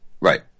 right